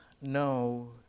no